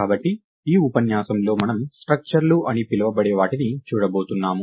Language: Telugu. కాబట్టి ఈ ఉపన్యాసంలో మనం స్ట్రక్చర్ లు అని పిలవబడే వాటిని చూడబోతున్నాం